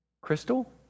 crystal